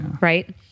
right